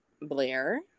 Blair